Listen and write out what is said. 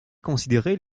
considérer